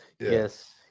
yes